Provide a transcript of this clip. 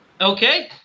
Okay